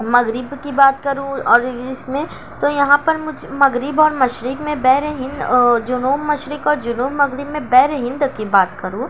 مغرب کی بات کروں اور اس میں تو یہاں پر مجھ مغرب اور مشرق میں بحرِ ہند جنوب مشرق اور جنوب مغرب میں بحرِ ہند کی بات کروں